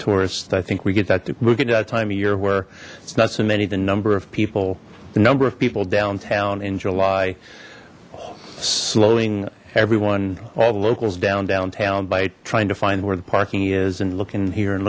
tourists i think we get that look at that time of year where it's not so many the number of people the number of people downtown in july slowing everyone all the locals down downtown by trying to find where the parking is and looking here and